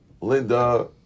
Linda